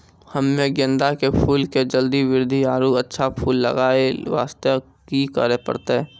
हम्मे गेंदा के फूल के जल्दी बृद्धि आरु अच्छा फूल लगय वास्ते की करे परतै?